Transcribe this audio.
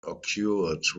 occurred